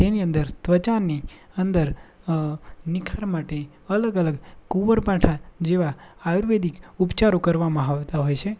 તેની અંદર ત્વચાની અંદર નિખાર માટે અલગ અલગ કુંવારપાઠા જેવાં આયુર્વેદિક ઉપચારો કરવામાં આવતા હોય છે